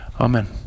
Amen